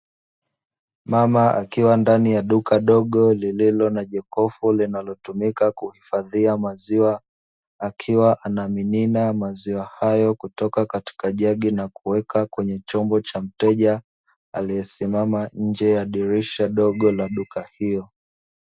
Mama akiwa ndani ya duka dogo lililo na jokofu linalotumika kuhifadhia maziwa, akiwa anamimina maziwa hayo kutoka katika jagi na kuweka kwenye chombo cha mteja, aliesimama nje ya dirisha dogo la duka hiyo.